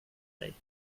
dig